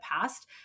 past